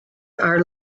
our